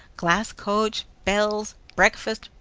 glass coach, bells, breakfast,